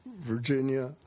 Virginia